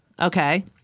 Okay